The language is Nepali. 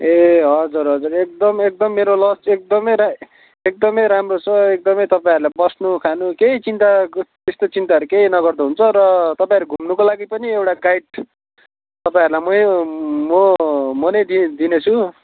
ए हजुर हजुर एकदम एकदम मेरो लज एकदमै रा एकदमै राम्रो छ एकदमै तपाईँहरूलाई बस्नु खानु केही चिन्ता त्यस्तो चिन्ताहरू केही नगर्दा हुन्छ र तपाईँहरू घुम्नुको लागि पनि एउटा गाइड तपाईँहरूलाई मै म म नै दि दिनेछु